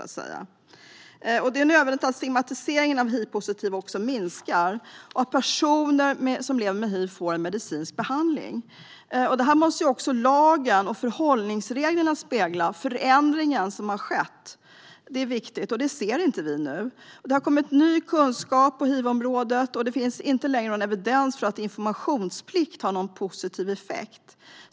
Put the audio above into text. Det är också nödvändigt att stigmatiseringen av hivpositiva minskar och att personer som lever med hiv får medicinsk behandling. Det är viktigt att lagen och förhållningsreglerna speglar den förändring som har skett, men det ser vi inte nu. Det har kommit ny kunskap på hiv-området, och det finns inte längre evidens för att informationsplikt har en positiv effekt.